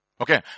Okay